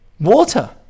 water